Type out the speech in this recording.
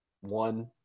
one